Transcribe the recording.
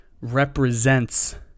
represents